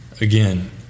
again